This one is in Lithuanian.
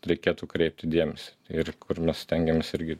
reikėtų kreipti dėmesį ir kur mes stengiamės irgi